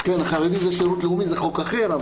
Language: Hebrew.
החרדים זה שירות לאומי, זה חוק אחר.